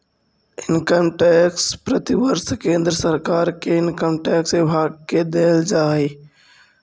income tax प्रतिवर्ष केंद्र सरकार के इनकम टैक्स विभाग के देल जा हई